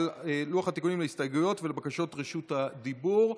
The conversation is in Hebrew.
לוח תיקונים להסתייגויות ולבקשות רשות הדיבור.